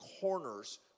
corners